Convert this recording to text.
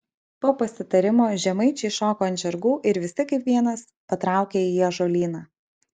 po pasitarimo žemaičiai šoko ant žirgų ir visi kaip vienas patraukė į ąžuolyną